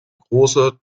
große